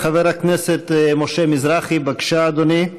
חבר הכנסת משה מזרחי, בבקשה, אדוני,